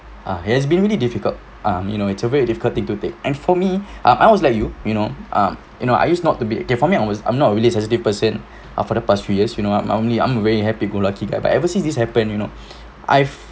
ah he has been really difficult um you know it's a way of difficult thing to take and for me ah I was like you you know um you know I used not to be okay for me I was I'm not a really sensitive person ah for the past few years you know I'm normally I'm a very happy go lucky guy but ever since this happened you know I've